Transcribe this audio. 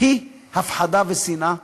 היא הפחדה ושנאה.